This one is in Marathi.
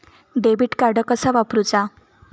डेबिट कार्ड कसा वापरुचा?